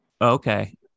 Okay